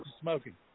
smoking